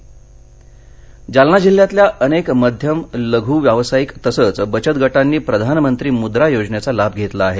लाभार्थीजालनाः जालना जिल्ह्यातल्या अनेक मध्यम लघू व्यावसायिक तसंच बचत गटांनी प्रधानमंत्री मुद्रा योजनेचा लाभ घेतला आहे